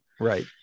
right